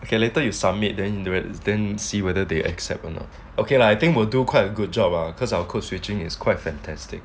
okay later you submit then then see whether they accept or not okay lah I think we'll do quite a good job ah because our code switching is quite fantastic